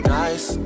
nice